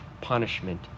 punishment